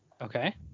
Okay